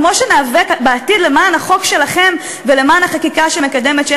כמו שניאבק בעתיד למען החוק שלכם ולמען החקיקה שמקדמות שלי